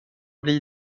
bli